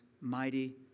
mighty